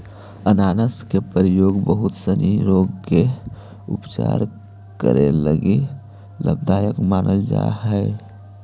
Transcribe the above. अनानास के प्रयोग बहुत सनी रोग के उपचार करे लगी लाभदायक मानल जा हई